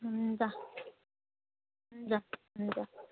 हुन्छ हुन्छ हुन्छ